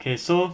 K so